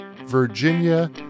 Virginia